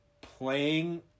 playing